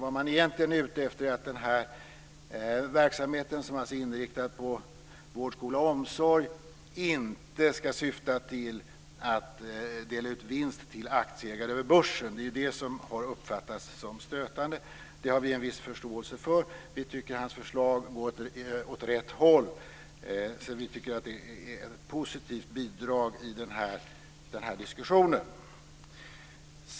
Vad man egentligen är ute efter är att denna verksamhet, som är inriktad på vård, skola och omsorg, inte ska syfta till att dela ut vinst till aktieägare över börsen. Det är ju det som har uppfattats som stötande, och det har vi en viss förståelse för. Vi tycker att hans förslag går åt rätt håll, så vi tycker att det är ett positivt bidrag i diskussionen.